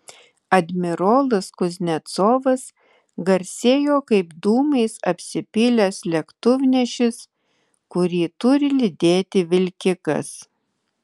admirolas kuznecovas garsėjo kaip dūmais apsipylęs lėktuvnešis kurį turi lydėti vilkikas